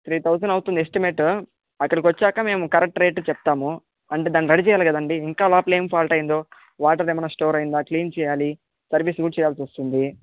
three thousand అవుతుంది estimate అక్కడికి వచ్చాక మేము కరెక్ట్ రేటు చెప్తాము అంటే దాన్ని రెడీ చెయ్యాలి కదండీ ఇంకా లోపల ఏం ఫాల్ట్ అయ్యిందో వాటర్ ఏమైనా స్టోర్ అయ్యిందా క్లీన్ చెయ్యాలి సర్వీస్ కూడా చెయ్యాల్సొస్తుంది